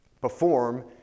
Perform